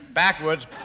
backwards